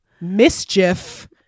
mischief